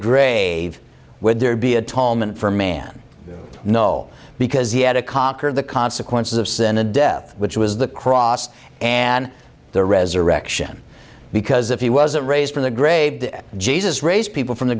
grave would there be a tall man for man no because he had a conquered the consequences of sin and death which was the cross and the resurrection because if he wasn't raised from the grave jesus raised people from the